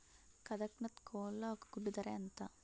కదక్నత్ కోళ్ల ఒక గుడ్డు ధర ఎంత?